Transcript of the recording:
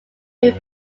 roof